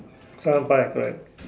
correct